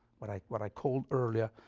what i what i called earlier,